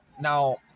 now